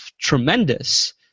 tremendous